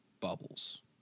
Bubbles